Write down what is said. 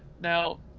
now